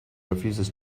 refuses